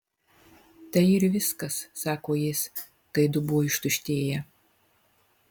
tai ir viskas sako jis kai dubuo ištuštėja